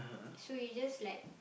so you just like